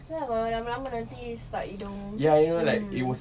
itu lah kalau lama-lama nanti sesak hidung mm